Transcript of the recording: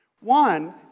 One